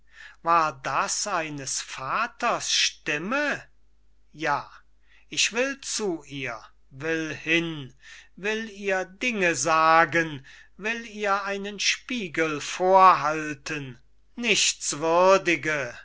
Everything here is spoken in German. war das eines vaters stimme ja ich will zu ihr will hin will ihr dinge sagen will ihr einen spiegel vorhalten nichtswürdige